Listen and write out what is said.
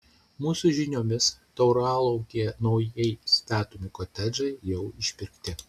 mūsų žiniomis tauralaukyje naujai statomi kotedžai jau išpirkti